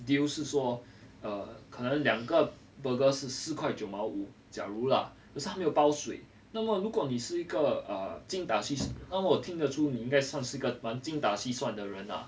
deal 是说 err 可能两个 burger 是四块九毛五假如啦可是它没有包水那么如果你是一个 err 精打细那么我听得出你应该算是一个蛮精打细算的人啊